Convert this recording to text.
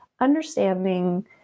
Understanding